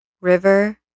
River